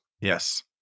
Yes